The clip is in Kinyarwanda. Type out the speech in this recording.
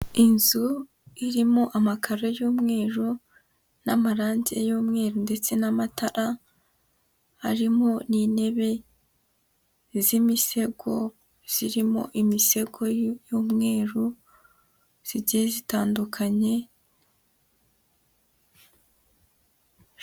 Inzu irimo amakaro y'umweru n'amarangi y'umweru ndetse n'amatara harimo n'intebe z'imisego zirimo imisego y'umweruru zijyiye zitandukanye.